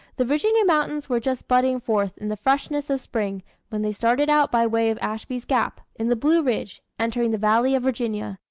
the virginia mountains were just budding forth in the freshness of spring when they started out by way of ashby's gap, in the blue ridge, entering the valley of virginia.